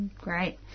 Great